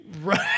Right